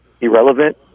irrelevant